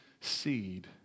seed